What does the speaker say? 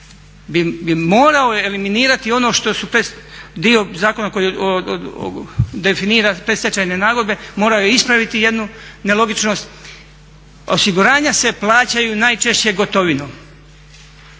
bi morao eliminirati ono što su, dio zakona koji definira predstečajne nagodbe, moraju ispraviti jednu nelogičnost, osiguranja se plaćaju najčešće gotovinom,